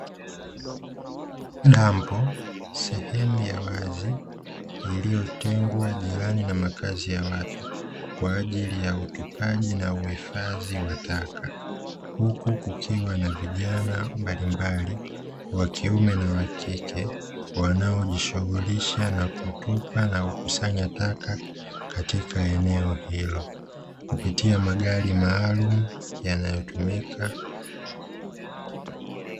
Dampo sehemu ya wazi iliyotengwa jirani na makazi ya watu kwa ajili ya utupaji na uhifadhi wa taka, huku kukiwa na vijana mbalimbali wakiume na wakike wanaojishughulisha na kutupa na kukusanya taka katika eneo hilo kupitia magari maalumu yanayotumika.